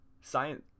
science